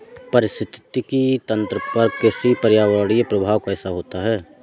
पारिस्थितिकी तंत्र पर कृषि का पर्यावरणीय प्रभाव कैसा होता है?